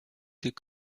des